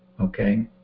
Okay